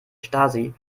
stasi